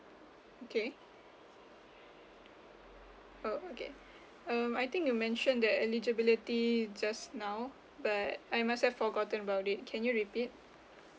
okay oh okay um I think you mentioned that eligibility just now but I must have forgotten about it can you repeat